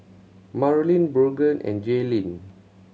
Marleen Brogan and Jaelynn